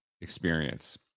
experience